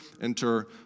enter